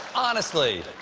honestly,